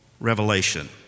Revelation